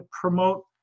promote